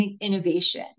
innovation